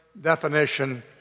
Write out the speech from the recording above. definition